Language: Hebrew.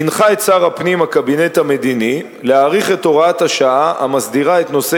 הנחה הקבינט המדיני את שר הפנים להאריך את הוראת השעה המסדירה את נושא